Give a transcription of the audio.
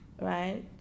right